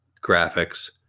graphics